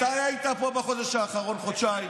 מתי היית פה בחודש האחרון, חודשיים?